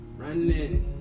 running